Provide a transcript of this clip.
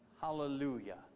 Hallelujah